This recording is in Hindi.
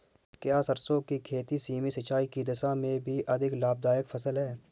क्या सरसों की खेती सीमित सिंचाई की दशा में भी अधिक लाभदायक फसल है?